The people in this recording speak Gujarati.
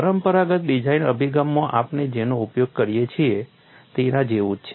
પરંપરાગત ડિઝાઇન અભિગમમાં આપણે જેનો ઉપયોગ કરીએ છીએ તેના જેવું જ છે